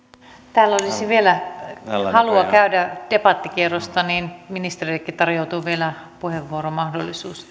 täällä olisi vielä halua käydä debattikierrosta niin että ministerillekin tarjoutuu vielä puheenvuoromahdollisuus